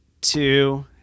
two